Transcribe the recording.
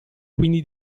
quindi